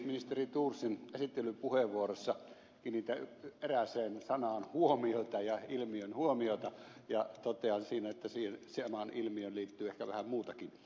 ministeri thorsin esittelypuheenvuorossa kiinnitän erääseen sanaan ja ilmiöön huomiota ja totean siihen että samaan ilmiöön liittyy ehkä vähän muutakin